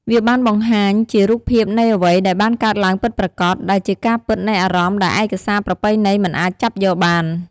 វាបានបង្ហាញជារូបភាពនៃអ្វីដែលបានកើតឡើងពិតប្រាកដ ដែលជាការពិតនៃអារម្មណ៍ដែលឯកសារប្រពៃណីមិនអាចចាប់យកបាន។